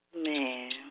Man